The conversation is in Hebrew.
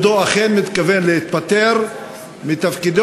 והאם כבודו אכן מתכוון להתפטר מתפקידו,